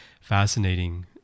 fascinating